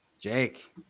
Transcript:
Jake